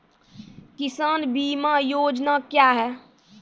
किसान बीमा योजना क्या हैं?